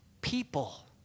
people